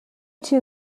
two